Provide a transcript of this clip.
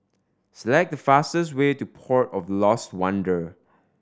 select the fastest way to Port of Lost Wonder